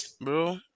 bro